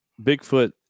Bigfoot